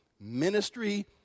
ministry